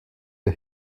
der